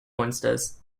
monsters